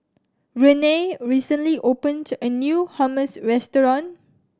Renea recently opened a new Hummus Restaurant